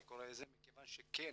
אני קורא לזה, מכיוון שכן